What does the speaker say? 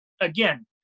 again